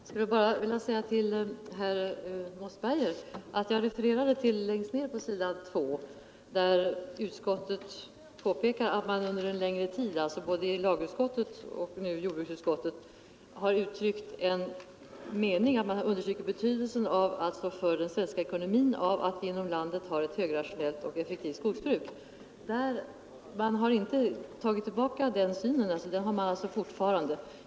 Herr talman! Jag skulle bara vilja äga till herr Mossberger att jag refererade vad som står längst ned på s. 2 i utskottsbetänkandet, där utskottet påpekar att både tredje lagutskottet och jordbruksutskottet det omfattar alltså en längre tid — har understrukit betydelsen för den svenska ekonomin av att vi inom landet har ett högrationellt och effektivt skogsbruk. Den synen har man alltså fortfarande.